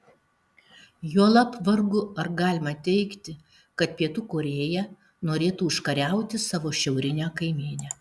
juolab vargu ar galima teigti kad pietų korėja norėtų užkariauti savo šiaurinę kaimynę